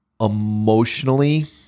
emotionally